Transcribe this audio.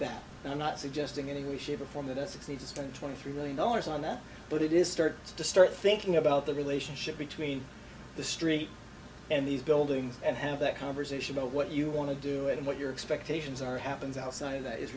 and i'm not suggesting any way shape or form that this succeeds it's going to end three million dollars on that but it is start to start thinking about the relationship between the street and these buildings and have that conversation about what you want to do and what your expectations are happens outside of that is